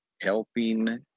helping